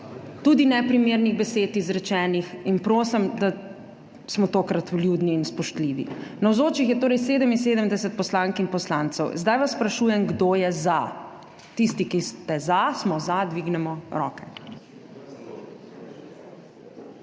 tudi neprimernih besed izrečenih in prosim, da smo tokrat vljudni in spoštljivi. Navzočih je torej 77 poslank in poslancev. Zdaj vas sprašujem, kdo je za? Tisti ki ste za, smo za, dvignemo roke.